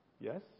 Yes